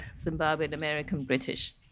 Zimbabwean-American-British